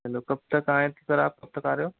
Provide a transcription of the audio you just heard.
चलो कब तक आएं सर आप कब तक आ रहे हो